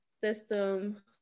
system